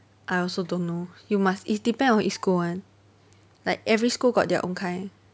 I also don't know you must it depends on each school [one] like every school got their own kind